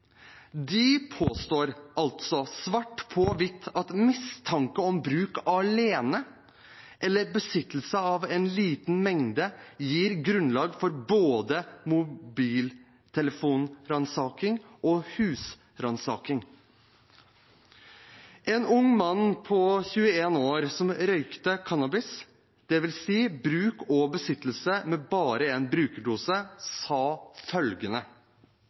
De påstår altså, svart på hvitt, at mistanke om bruk alene, eller besittelse av en liten mengde, gir grunnlag for både mobiltelefonransaking og husransaking. En ung mann på 21 år som røykte cannabis, det vil si bruk og besittelse med bare en brukerdose, sa følgende: